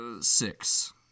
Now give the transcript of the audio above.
six